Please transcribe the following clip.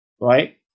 right